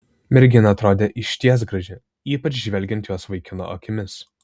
mergina atrodė išties graži ypač žvelgiant jos vaikino akimis